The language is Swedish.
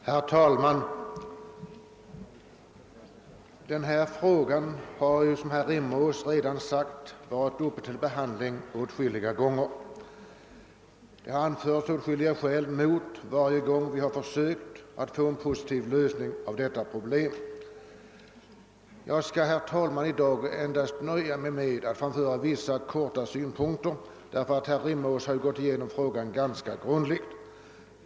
Herr talman! Denna fråga har, såsom herr Rimås redan har sagt, varit uppe till behandling åtskilliga gånger. Det har anförts åtskilliga argument mot oss varje gång vi har försökt få en positiv lösning av problemet. Jag skall, herr talman, i dag nöja mig med att endast kortfattat anföra vissa synpunkter, eftersom ju herr Rimås har gått igenom ärendet ganska grundligt.